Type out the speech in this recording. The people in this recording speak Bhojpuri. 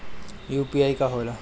यू.पी.आई का होला?